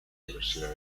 universidad